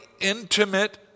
intimate